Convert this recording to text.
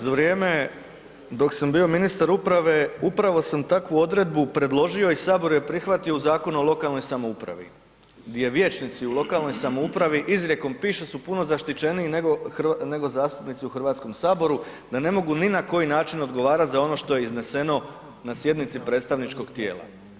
Za vrijeme dok sam bio ministar uprave upravo sam takvu odredbu predložio i Sabor ju je prihvatio u Zakonu o lokalnoj samoupravi gdje vijećnici u lokalnoj samoupravi izrijekom piše su puno zaštićeniji nego zastupnici u Hrvatskom saboru da ne mogu ni na koji način odgovarati za ono što je izneseno na sjednici predstavničkog tijela.